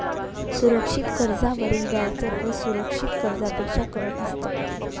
सुरक्षित कर्जावरील व्याजदर असुरक्षित कर्जापेक्षा कमी असतो